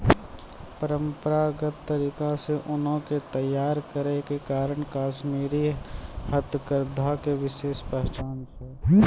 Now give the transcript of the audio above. परंपरागत तरीका से ऊनो के तैय्यार करै के कारण कश्मीरी हथकरघा के विशेष पहचान छै